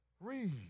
Read